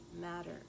matter